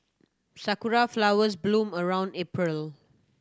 sakura flowers bloom around April